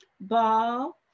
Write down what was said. ball